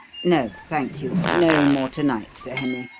no, thank you no more to-night, sir henry.